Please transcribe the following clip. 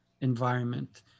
environment